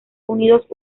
unidos